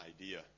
idea